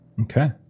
Okay